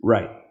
Right